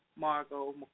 Margot